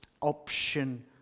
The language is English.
option